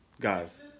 guys